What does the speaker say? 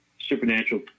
supernatural